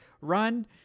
run